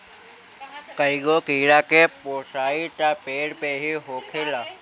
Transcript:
कईगो कीड़ा के पोसाई त पेड़ पे ही होखेला